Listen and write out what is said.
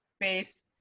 face